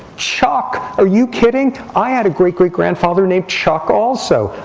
chuck, are you kidding? i had a great, great grandfather named chuck also.